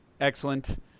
Excellent